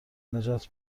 نجات